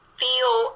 feel